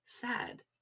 sad